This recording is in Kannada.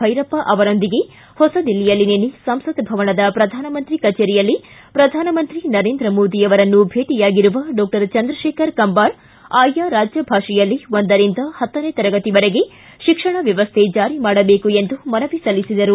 ಬೈರಪ್ಪ ಅವರೊಂದಿಗೆ ಹೊಸದಿಲ್ಲಿಯಲ್ಲಿ ನಿನ್ನೆ ಸಂಸತ್ ಭವನದ ಪ್ರಧಾನಮಂತ್ರಿ ಕಚೇರಿಯಲ್ಲಿ ಪ್ರಧಾನಮಂತ್ರಿ ನರೇಂದ್ರ ಮೋದಿ ಅವರನ್ನು ಭೇಟಿಯಾಗಿರುವ ಡಾಕ್ಷರ್ ಚಂದ್ರಶೇಖರ ಕಂಬಾರ ಆಯಾ ರಾಜ್ಯ ಭಾಷೆಯಲ್ಲೇ ಒಂದರಿಂದ ಪತ್ತನೇ ತರಗತಿವರೆಗೆ ಶಿಕ್ಷಣ ವ್ಯವಸ್ಥೆ ಜಾರಿ ಮಾಡಬೇಕು ಎಂದು ಮನವಿ ಸಲ್ಲಿಸಿದರು